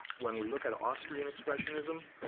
when we look at austrian expressionism,